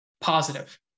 positive